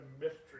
mystery